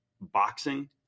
boxing